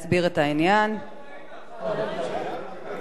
בבקשה, חבר הכנסת איתן, לרשותך דקה.